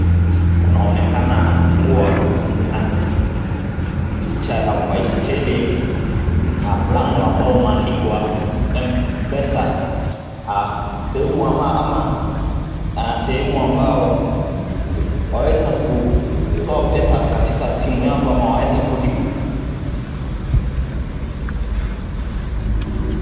Kunaonekana kuwa kuna picha ya baskeli, mlango ambao umeandikwa mpesa na sehemu ama sehemu ambao waweza kutoa pesa katika simu yako ama kuweza kudeposi .